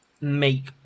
make